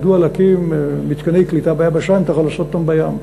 מדוע להקים מתקני קליטה ביבשה אם אתה יכול לעשות אותם בים?